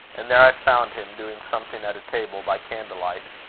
and there i found him, doing something at a table by candlelight.